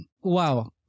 wow